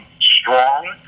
strong